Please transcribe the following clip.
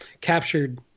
captured